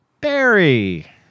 Barry